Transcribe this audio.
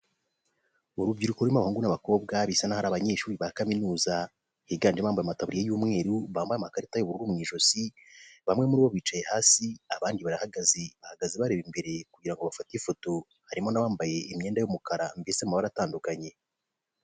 Urubyiruko rurimo abahungu n'abakobwa bisa n'aho ari abanyeshuri ba kaminuza, higanjemo abambaye amataburiya y'umweru, bambaye amakarita y'ubururu mu ijosi, bamwe muri bo bicaye hasi abandi barahagaze, bahagaze bareba imbere kugira ngo bafate ifoto, harimo n'abambaye imyenda y'umukara mbese mu mabara atandukanye.